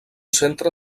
centre